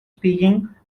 speaking